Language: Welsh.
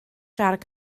siarad